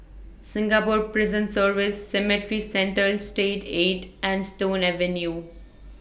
Singapore Prison Service Cemetry Central State eight and Stone Avenue